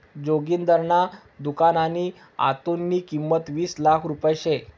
जोगिंदरना दुकाननी आत्तेनी किंमत वीस लाख रुपया शे